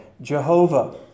Jehovah